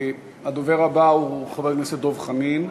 הדובר הבא הוא חבר הכנסת דב חנין,